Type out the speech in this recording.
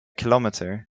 kilometre